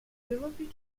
willoughby